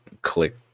click